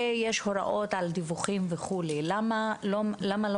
ויש הוראות על דיווחים וכו' למה לא